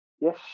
Yes